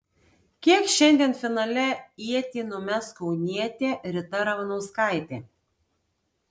kiek šiandien finale ietį numes kaunietė rita ramanauskaitė